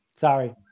Sorry